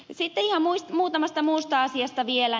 sitten ihan muutamasta muusta asiasta vielä